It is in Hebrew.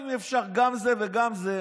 אם אפשר גם זה וגם זה,